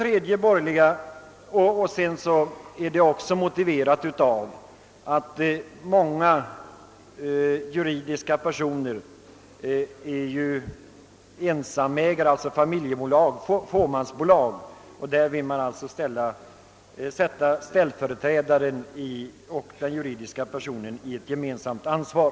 Förslaget motiveras också av att många juridiska personer är fåmansbolag, och i dessa vill man att ställföreträdaren och den juridiska personen skall åläggas gemensamt ansvar.